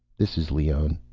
this is leone.